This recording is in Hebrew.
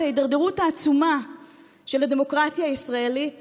ההידרדרות העצומה של הדמוקרטיה הישראלית